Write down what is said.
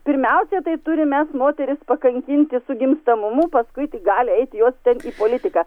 pirmiausia tai turim mes moteris pakankinti su gimstamumu paskui tik gali eiti jos ten į politiką